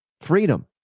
freedom